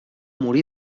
morí